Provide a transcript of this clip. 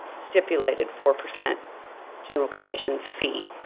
stipulated four percent general conditions fee.